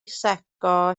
secco